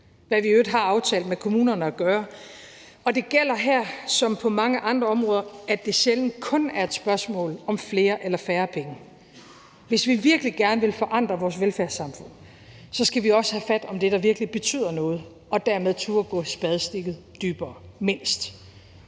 hvad vi i øvrigt har aftalt med kommunerne at gøre. Og det gælder her som på mange andre områder, at det sjældent kun er et spørgsmål om flere eller færre penge. Hvis vi virkelig gerne vil forandre vores velfærdssamfund, skal vi også have fat om det, der virkelig betyder noget, og dermed turde gå spadestikket dybere – mindst.